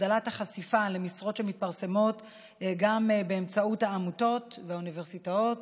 הגדלת החשיפה למשרות שמתפרסמות באמצעות העמותות באוניברסיטאות,